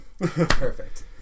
perfect